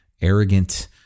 arrogant